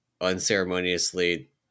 unceremoniously